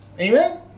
amen